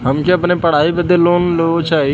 हमके अपने पढ़ाई बदे लोन लो चाही?